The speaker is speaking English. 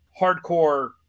hardcore